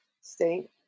state